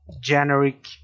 generic